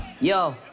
yo